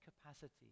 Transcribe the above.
capacity